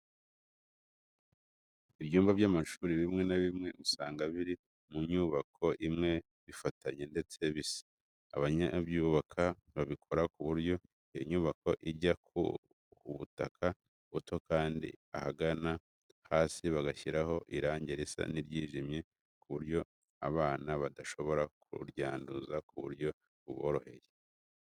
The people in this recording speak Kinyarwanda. Ibyumba by'amashuri bimwe na bimwe usanga biri mu nyubako imwe bifatanye ndetse bisa. Ababyubaka babikora ku buryo iyo nyubako ijya ku butaka buto kandi ahagana hasi bagashyiraho irange risa n'iryijimye, ku buryo abana badashobora kuryanduza ku buryo buboroheye.